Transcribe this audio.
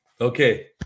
okay